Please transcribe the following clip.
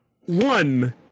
One